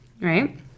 right